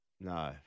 No